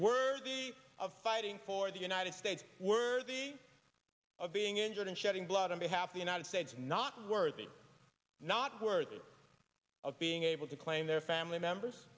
worthy of fighting for the united states worthy of being injured and shedding blood on behalf of the united states not worthy not worthy of being able to claim their family members